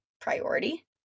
priority